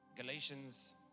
Galatians